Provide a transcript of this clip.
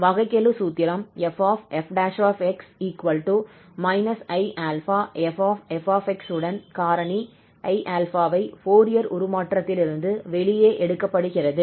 வகைக்கெழு சூத்திரம் 𝐹𝑓′𝑥 −𝑖𝛼𝐹𝑓𝑥 உடன் காரணி 𝑖𝛼 ஐ ஃபோரியர் உருமாற்றத்திலிருந்து வெளியே எடுக்கப்படுகிறது